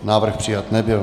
Návrh přijat nebyl.